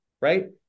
right